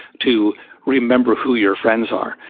to remember who your friends are.